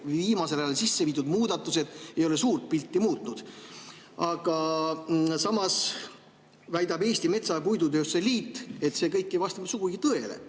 viimasel ajal sisse viidud muudatused ei ole suurt pilti muutnud. Aga samas väidab Eesti Metsa- ja Puidutööstuse Liit, et see kõik ei vasta sugugi tõele,